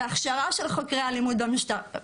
בהכשרה של חוקרי אלימות במשפחה.